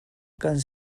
kan